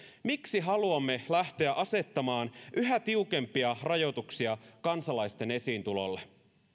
miksi haluamme lähteä asettamaan yhä tiukempia rajoituksia kansalaisten esiintulolle